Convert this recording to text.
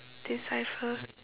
decipher